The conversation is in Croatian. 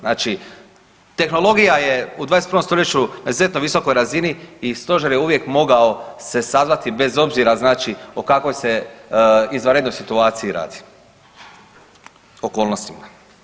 Znači tehnologija je u 21. stoljeću na izuzetno visokoj razini i stožer je uvijek mogao se sazvati bez obzira o kakvoj se izvanrednoj situaciji radi, okolnostima.